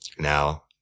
Now